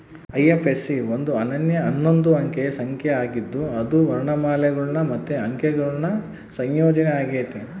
IFSC ಒಂದು ಅನನ್ಯ ಹನ್ನೊಂದು ಅಂಕೆ ಸಂಖ್ಯೆ ಆಗಿದ್ದು ಅದು ವರ್ಣಮಾಲೆಗುಳು ಮತ್ತೆ ಅಂಕೆಗುಳ ಸಂಯೋಜನೆ ಆಗೆತೆ